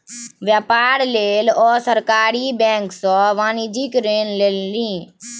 बेपार लेल ओ सरकारी बैंक सँ वाणिज्यिक ऋण लेलनि